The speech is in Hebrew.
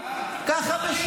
ככה,